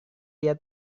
dia